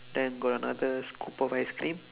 then got another scoop of ice cream